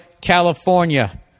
California